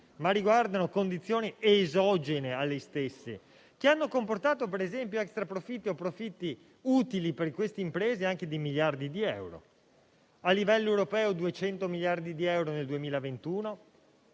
imprese, ma condizioni esogene alle stesse, hanno comportato altri profitti o profitti utili per quelle imprese anche di miliardi di euro: a livello europeo 200 miliardi di euro nel 2021;